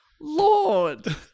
Lord